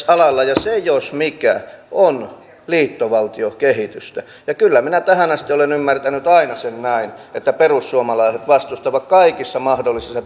alalla ja se jos mikä on liittovaltiokehitystä ja kyllä minä tähän asti olen ymmärtänyt aina sen näin että perussuomalaiset vastustavat kaikissa mahdollisissa